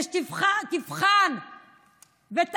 זה אסור, אני מבקש ממך.